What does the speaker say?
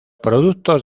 productos